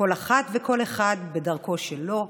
כל אחת וכל אחד בדרכו שלו,